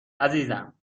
عزیزم